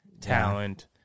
talent